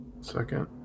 Second